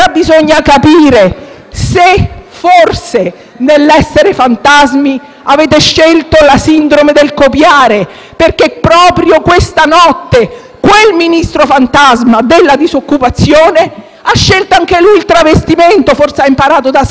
forse, nell'essere fantasmi, avete scelto la sindrome del copiare. Infatti, proprio questa notte, il Ministro fantasma della disoccupazione ha scelto anche lui il travestimento (forse ha imparato da Salvini) e si è travestito da Berlusconi: